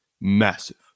Massive